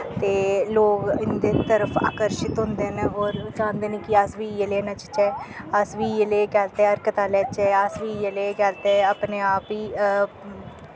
ते लोग इंदे तरफ अकर्शित होंदे न और ओह् चांह्दे न कि अस वी इयै लेह् नचचै अस वी इयै लेह् केह् आखदे हरकतां लै चै अस वी इयै ले कर ते अपने आप ही